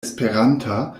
esperanta